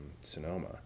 Sonoma